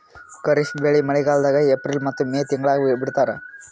ಖಾರಿಫ್ ಬೆಳಿ ಮಳಿಗಾಲದಾಗ ಏಪ್ರಿಲ್ ಮತ್ತು ಮೇ ತಿಂಗಳಾಗ ಬಿತ್ತತಾರ